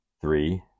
three